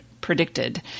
predicted